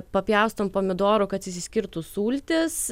papjaustom pomidorų kad išsiskirtų sultys